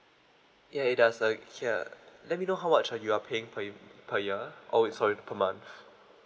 ya it does like ya let me know how much you are paying per per year oh wait sorry per month